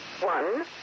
one